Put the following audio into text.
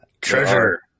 Treasure